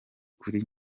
kuri